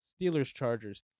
Steelers-Chargers